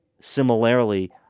similarly